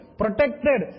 protected